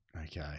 Okay